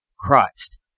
Christ